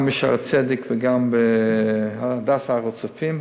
גם ב"שערי צדק" וגם ב"הדסה הר-הצופים",